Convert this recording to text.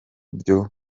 byo